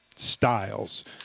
styles